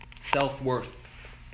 Self-worth